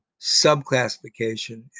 subclassification